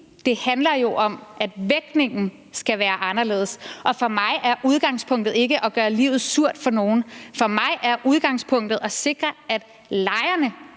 jo handler om, at vægtningen skal være anderledes, og for mig er udgangspunktet ikke at gøre livet surt for nogen. For mig er udgangspunktet at sikre, at lejerne